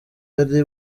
ari